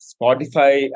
Spotify